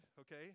Okay